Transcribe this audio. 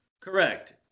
Correct